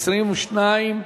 22,